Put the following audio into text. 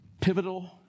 Pivotal